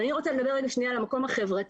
אבל אני רוצה לדבר על המקום החברתי.